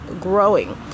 growing